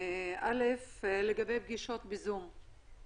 לגבי פגישות בזום.